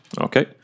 Okay